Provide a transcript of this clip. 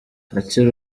akiri